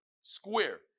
square